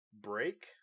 break